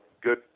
good